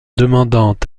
demandant